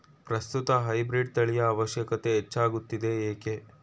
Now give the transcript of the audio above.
ಪ್ರಸ್ತುತ ಹೈಬ್ರೀಡ್ ತಳಿಯ ಅವಶ್ಯಕತೆ ಹೆಚ್ಚಾಗುತ್ತಿದೆ ಏಕೆ?